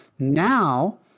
Now